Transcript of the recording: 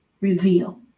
reveal